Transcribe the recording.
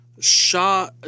Shah